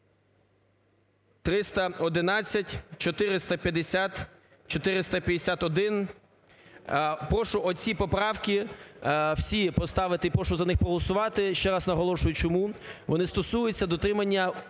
311, 450, 451. Прошу оці поправки всі поставити і прошу за них проголосувати. Ще раз наголошую чому. Вони стосуються дотримання